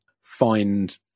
find